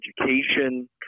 education